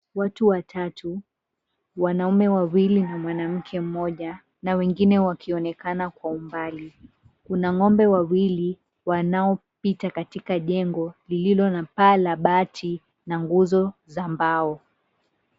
Watu watatu, wanaumme wawili na mwanamke mmoja, na wengine wakioneka kwa umbali. Kuna ngombe wawili wanao pita katika jengoo, lililo na paa la bati na nguzo za mbao